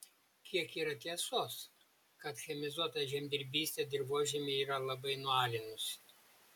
kiek yra tiesos kad chemizuota žemdirbystė dirvožemį yra labai nualinusi